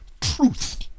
truth